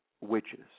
witches